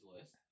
list